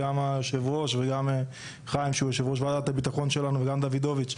גם יושב הראש וגם חיים שהוא יושב ראש ועדת הביטחון שלנו וגם דוידוביץ'